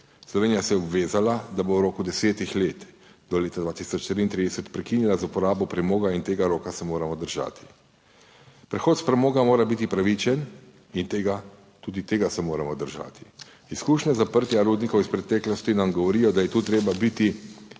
Slovenija se je obvezala, da bo v roku desetih let, do leta 2033 prekinila z uporabo premoga in tega roka se moramo držati. Prehod premoga mora biti pravičen in tega, tudi tega se moramo držati. Izkušnje zaprtja rudnikov iz preteklosti nam govorijo, da je tu treba biti